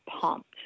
pumped